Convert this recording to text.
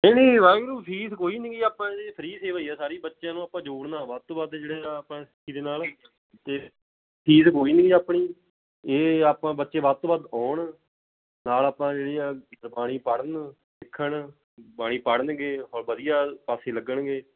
ਨਹੀਂ ਨਹੀਂ ਵਾਹਿਗੁਰੂ ਫੀਸ ਕੋਈ ਨਹੀਂ ਗੀ ਆਪਾਂ ਜੀ ਫਰੀ ਸੇਵਾ ਹੀ ਆ ਸਾਰੀ ਬੱਚਿਆਂ ਨੂੰ ਆਪਾਂ ਜੋੜਨਾ ਵੱਧ ਤੋਂ ਵੱਧ ਜਿਹੜੇ ਆਪਾਂ ਨੇ ਸਿੱਖੀ ਦੇ ਨਾਲ ਅਤੇ ਫੀਸ ਕੋਈ ਨਹੀਂ ਜੀ ਆਪਣੀ ਇਹ ਆਪਾਂ ਬੱਚੇ ਵੱਧ ਤੋਂ ਵੱਧ ਆਉਣ ਨਾਲ ਆਪਾਂ ਜਿਹੜੀ ਆ ਗੁਰਬਾਣੀ ਪੜ੍ਹਨ ਸਿੱਖਣ ਬਾਣੀ ਪੜ੍ਹਨਗੇ ਔਰ ਵਧੀਆ ਪਾਸੇ ਲੱਗਣਗੇ